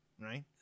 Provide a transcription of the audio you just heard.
right